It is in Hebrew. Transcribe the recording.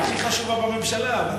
היא הכי חשובה בממשלה.